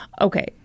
Okay